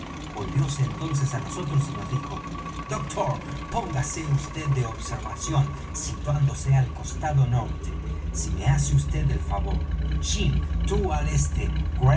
piratas volvióse entonces á nosotros y nos dijo doctor póngase vd de observación situándose al costado norte si me hace vd el favor jim tú al este